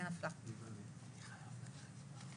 הצבעה לא אושרה.